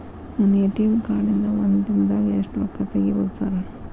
ನನ್ನ ATM card ನಿಂದಾ ಒಂದ್ ದಿಂದಾಗ ಎಷ್ಟ ರೊಕ್ಕಾ ತೆಗಿಬೋದು ಸಾರ್?